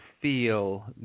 feel